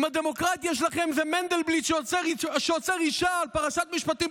אם הדמוקרטיה שלכם היא שמנדלבליט עוצר אישה על "פרשת משפטים,